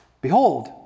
behold